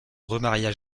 remaria